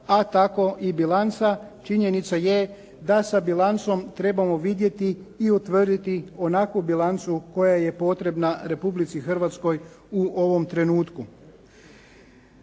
a tako i bilanca. Činjenica je da sa bilancom trebamo vidjeti i utvrditi onakvu bilancu koja je potrebna Republici Hrvatskoj u ovom trenutku.